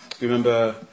Remember